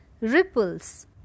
Ripples